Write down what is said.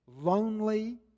lonely